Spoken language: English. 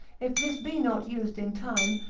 if this be not used in time,